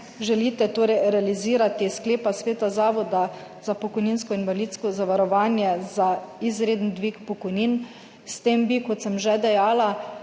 želite torej realizirati sklepa sveta Zavoda za pokojninsko in invalidsko zavarovanje za izreden dvig pokojnin. S tem bi, kot sem že dejala,